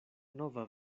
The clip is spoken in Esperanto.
nova